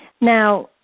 Now